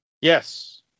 yes